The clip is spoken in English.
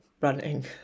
running